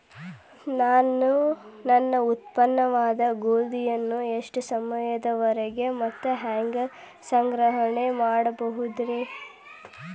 ನಾನು ನನ್ನ ಉತ್ಪನ್ನವಾದ ಗೋಧಿಯನ್ನ ಎಷ್ಟು ಸಮಯದವರೆಗೆ ಮತ್ತ ಹ್ಯಾಂಗ ಸಂಗ್ರಹಣೆ ಮಾಡಬಹುದುರೇ?